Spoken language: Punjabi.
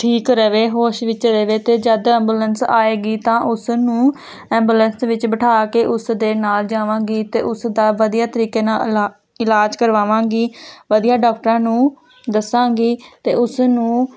ਠੀਕ ਰਹੇ ਹੋਸ਼ ਵਿੱਚ ਰ ਹੇਤੇ ਜਦ ਐਂਬੂਲੈਂਸ ਆਵੇਗੀ ਤਾਂ ਉਸ ਨੂੰ ਐਬੂਲੈਂਸ ਵਿੱਚ ਬਿਠਾ ਕੇ ਉਸ ਦੇ ਨਾਲ ਜਾਵਾਂਗੀ ਅਤੇ ਉਸ ਦਾ ਵਧੀਆ ਤਰੀਕੇ ਨਾਲ ਇਲਾ ਇਲਾਜ ਕਰਵਾਵਾਂਗੀ ਵਧੀਆ ਡਾਕਟਰਾਂ ਨੂੰ ਦੱਸਾਂਗੀ ਅਤੇ ਉਸ ਨੂੰ